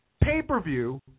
pay-per-view